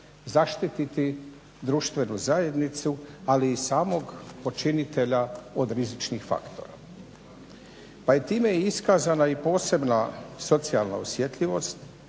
zaštititi društvenu zajednicu ali i samog počinitelja od rizičnih faktora. Pa i time je iskazana i posebna socijalna osjetljivost